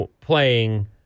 playing